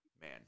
man